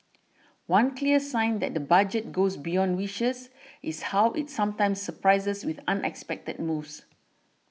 one clear sign that the Budget goes beyond wishes is how it sometimes surprises with unexpected moves